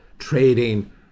Trading